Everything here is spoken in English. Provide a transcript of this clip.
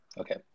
Okay